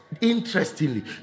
interestingly